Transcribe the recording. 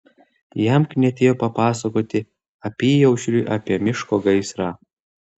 jam knietėjo papasakoti apyaušriui apie miško gaisrą